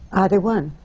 either one.